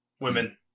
women